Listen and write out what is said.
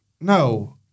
No